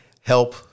help